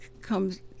comes